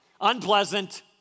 unpleasant